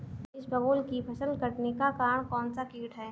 इसबगोल की फसल के कटने का कारण कौनसा कीट है?